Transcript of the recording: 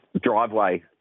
driveway